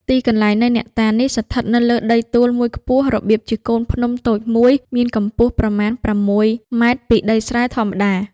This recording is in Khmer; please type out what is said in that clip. ទីកន្លែងនៃអ្នកតានេះ ស្ថិតនៅលើដីទួលមួយខ្ពស់ របៀបជាកូនភ្នំតូចមួយ មានកម្ពស់ប្រមាណ ៦.០០មពីដីស្រែធម្មតា